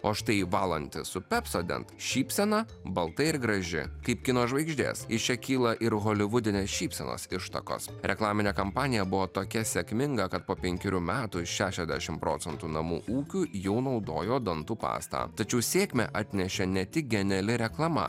o štai valantis su pepsodent šypsena balta ir graži kaip kino žvaigždės iš čia kyla ir holivudinės šypsenos ištakos reklaminė kampanija buvo tokia sėkminga kad po penkerių metų šešiasdešim procentų namų ūkių jau naudojo dantų pastą tačiau sėkmę atnešė ne tik geniali reklama